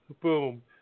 boom